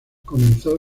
comenzó